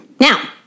Now